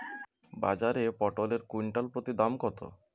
বাজারে পটল এর কুইন্টাল প্রতি দাম কত?